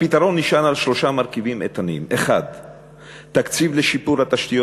הפתרון נשען על שלושה מרכיבים איתנים: 1. תקציב לשיפור התשתיות